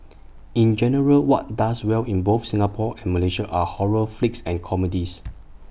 in general what does well in both Singapore and Malaysia are horror flicks and comedies